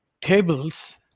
tables